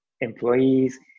employees